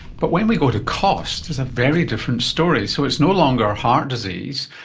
but when we go to cost, there's a very different story. so it's no longer heart disease.